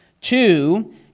Two